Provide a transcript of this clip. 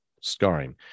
scarring